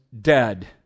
dead